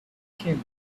kim